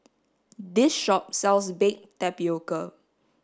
this shop sells baked tapioca